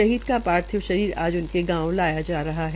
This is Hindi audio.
शहीद का पार्थिव शरीर आज उनके गांव में लाया जा रहा है